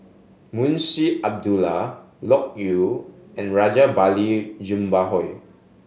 Munshi Abdullah Loke Yew and Rajabali Jumabhoy